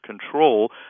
control